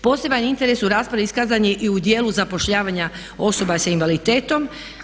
Poseban interes u raspravi iskazan je i u dijelu zapošljavanja osoba sa invaliditetom.